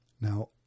Now